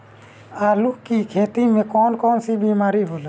आलू की खेती में कौन कौन सी बीमारी होला?